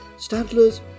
Stantler's